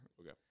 Okay